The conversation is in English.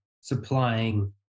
supplying